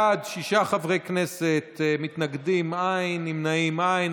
בעד, שישה חברי כנסת, מתנגדים, אין, נמנעים, אין.